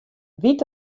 wyt